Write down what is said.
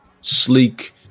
Sleek